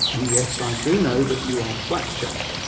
and yes, i do know that you are flat chat,